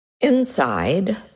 Inside